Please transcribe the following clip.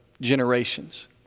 generations